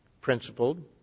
principled